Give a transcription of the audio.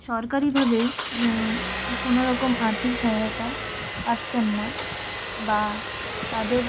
সরকারিভাবে কোনো রকম আর্থিক সহায়তা পাচ্ছেন না বা তাদের